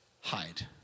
hide